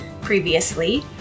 previously